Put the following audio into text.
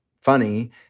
funny